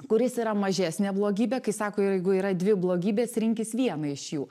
kuris yra mažesnė blogybė kai sako jeigu yra dvi blogybės rinkis vieną iš jų